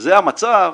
שכשזה המצב,